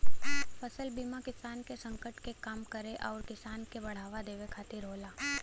फसल बीमा किसान के संकट के कम करे आउर किसान के बढ़ावा देवे खातिर होला